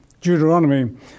Deuteronomy